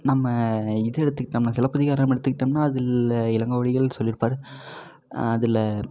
நம்ம இது எடுத்துக்கிட்டோம்னா சிலப்பதிகாரம் எடுத்துக்கிட்டோம்னா அதில் இளங்கோவடிகள் சொல்லிருப்பார் அதில்